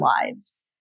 lives